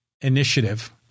initiative